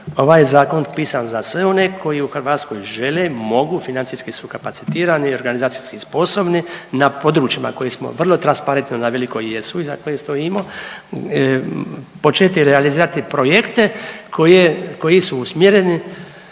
Ovaj je zakon pisan za sve one koji u Hrvatskoj žele, mogu, financijski su kapacitirani i organizacijski sposobni na područjima koje smo vrlo transparentno naveli koji jesu i za koje stojimo početi realizirati projekte koje, koji su usmjereni